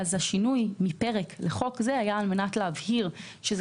השינוי מפרק לחוק זה היה על מנת להבהיר שזה